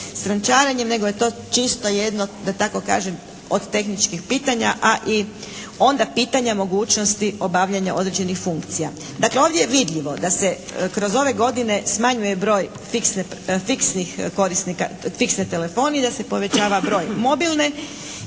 strančarenjem, nego je to čisto jedno da tako kažem od tehničkih pitanja, a i onda pitanje mogućnosti obavljanja određenih funkcija. Dakle, ovdje je vidljivo da se kroz ove godine smanjuje broj fiksnih korisnika, fiksne telefonije, da se povećava broj mobilne